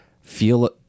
feel